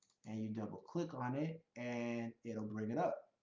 and you double click on it, and it'll bring it up.